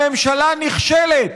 הממשלה נכשלת